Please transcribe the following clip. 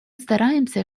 стараемся